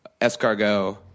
escargot